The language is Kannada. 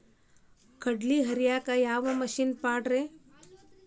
ಕಡ್ಲಿ ಹರಿಯಾಕ ಯಾವ ಮಿಷನ್ ಪಾಡ್ರೇ?